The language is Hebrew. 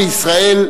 בישראל,